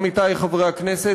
עמיתי חברי הכנסת,